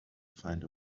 find